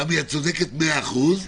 את צודקת מאה אחוז,